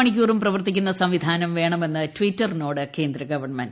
മണിക്കൂറും പ്രവർത്തിക്കുന്ന സംവിധാനം വേണമെന്ന് ട്വിറ്ററിനോട് കേന്ദ്ര ഗവൺമെന്റ്